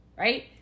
Right